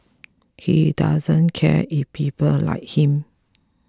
he doesn't care if people like him